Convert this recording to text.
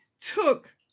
took